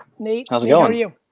nate, how so yeah are you.